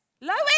Lois